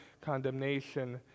condemnation